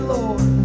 Lord